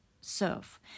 serve